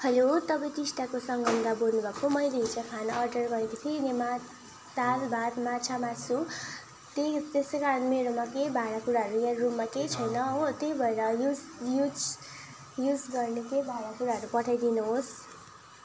hello तपाईँ टिस्टाको सङ्गम दा बोल्नुभएको मैले हिजो खाना अर्डर गरेको थिएँ यहाँ मात दाल भात माछा मासु त्यही त्यसै कारण मेरोमा केही भाँडाकुँडाहरू यहाँ रुममा केही छैन हो त्यही भएर युस युज युज गर्ने केही भाँडाकुँडाहरू पठाइदिनु होस्